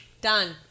Done